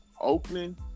Oakland